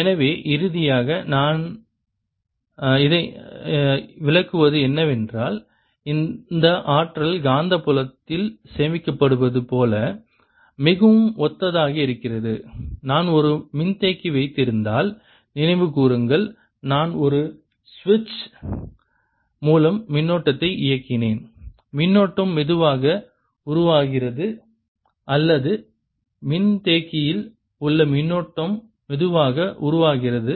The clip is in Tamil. எனவே இறுதியாக இதை நாம் விளக்குவது என்னவென்றால் இந்த ஆற்றல் காந்தப்புலத்தில் சேமிக்கப்படுவது போல மிகவும் ஒத்ததாக இருக்கிறது நான் ஒரு மின்தேக்கி வைத்திருந்தால் நினைவுகூருங்கள் நான் ஒரு சுவிட்ச் மூலம் மின்னோட்டத்தை இயக்கினேன் மின்னோட்டம் மெதுவாக உருவாகிறது அல்லது மின்தேக்கியில் உள்ள மின்னூட்டம் மெதுவாக உருவாகிறது